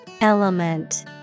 Element